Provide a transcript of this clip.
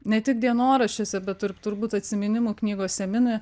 ne tik dienoraščiuose bet ir turbūt atsiminimų knygose mini